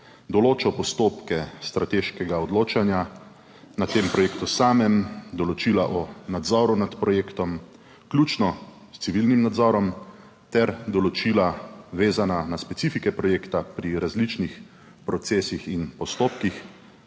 določa postopke strateškega odločanja na tem projektu samem, določila o nadzoru nad projektom, vključno s civilnim nadzorom ter določila vezana na specifike projekta pri različnih procesih in postopkih,